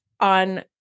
on